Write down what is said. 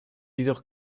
jedoch